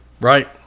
Right